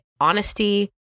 honesty